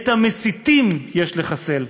את המסיתים יש לחסל.